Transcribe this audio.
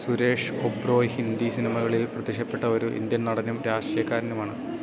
സുരേഷ് ഒബ്റോയ് ഹിന്ദി സിനിമകളിൽ പ്രത്യക്ഷപ്പെട്ട ഒരു ഇന്ത്യൻ നടനും രാഷ്ട്രീയക്കാരനുമാണ്